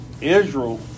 Israel